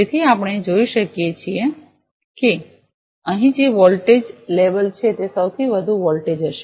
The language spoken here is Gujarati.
તેથી આપણે જોઈ શકીએ છીએ કે અહીં જે વોલ્ટેજ લેબલ છે તે સૌથી વધુ વોલ્ટેજ હશે